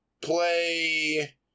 play